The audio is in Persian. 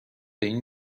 این